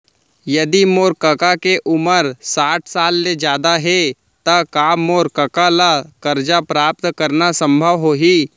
यदि मोर कका के उमर साठ साल ले जादा हे त का मोर कका ला कर्जा प्राप्त करना संभव होही